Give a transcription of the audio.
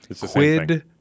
Quid